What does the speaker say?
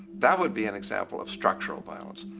that would be an example of structural violence.